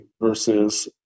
versus